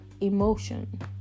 emotion